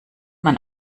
man